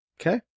Okay